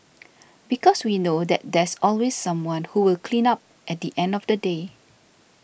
because we know that there's always someone who will clean up at the end of the day